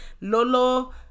Lolo